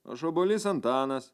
aš obuolys antanas